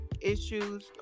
issues